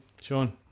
Sean